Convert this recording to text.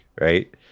right